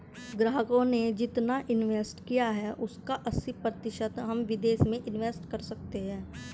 ग्राहकों ने जितना इंवेस्ट किया है उसका अस्सी प्रतिशत हम विदेश में इंवेस्ट कर सकते हैं